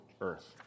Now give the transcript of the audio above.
earth